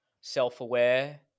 Self-aware